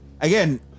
again